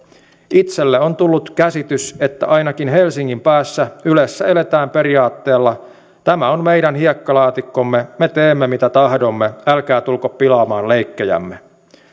itselleni on tullut käsitys että ainakin helsingin päässä ylessä eletään periaatteella tämä on meidän hiekkalaatikkomme me teemme mitä tahdomme älkää tulko pilaamaan leikkejämme